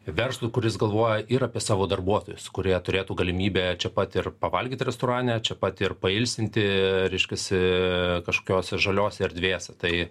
verslui kuris galvoja ir apie savo darbuotojus kurie turėtų galimybę čia pat ir pavalgyt restorane čia pat ir pailsinti reiškiasi kažkokiose žaliose erdvėse tai